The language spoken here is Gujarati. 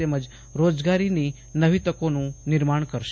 તેમજ રોજગારીની નવી તકોનું નિર્માણ કરશે